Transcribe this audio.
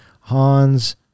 Hans